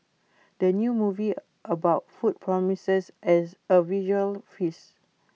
the new movie about food promises as A visual feast